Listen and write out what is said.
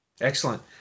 Excellent